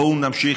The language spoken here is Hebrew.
בואו נמשיך,